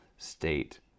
state